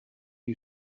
you